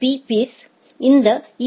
பீ பீர்ஸ் களிலும் இந்த ஈ